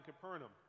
Capernaum